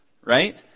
Right